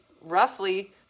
roughly